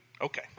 Okay